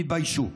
תתביישו.